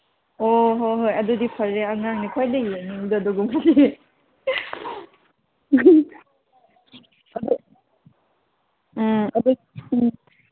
ꯑꯣ ꯑꯗꯨꯗꯤ ꯍꯣꯏ ꯍꯣꯏ ꯑꯗꯨꯗꯤ ꯐꯔꯦ ꯑꯉꯥꯡꯅ ꯈ꯭ꯋꯥꯏꯗꯩ ꯌꯦꯡꯅꯤꯡꯒꯗꯕꯅꯤ ꯎꯝ ꯑꯗꯨ ꯎꯝ